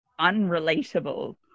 unrelatable